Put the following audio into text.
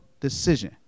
decision